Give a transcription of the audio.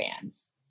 fans